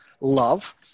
love